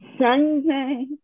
Sunday